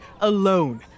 alone